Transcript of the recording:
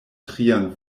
trian